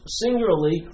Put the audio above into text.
singularly